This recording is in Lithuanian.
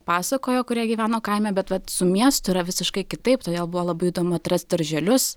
pasakojo kurie gyveno kaime bet vat su miestu yra visiškai kitaip todėl buvo labai įdomu atrasti darželius